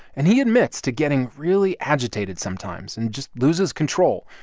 and he admits to getting really agitated sometimes and just loses control.